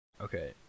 Okay